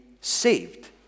saved